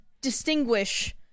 distinguish